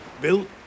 Built